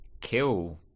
kill